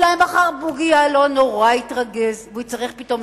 אולי מחר בוגי יעלון נורא יתרגז ויצטרך פתאום